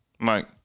Mike